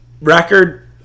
Record